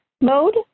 mode